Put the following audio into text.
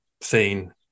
seen